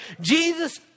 Jesus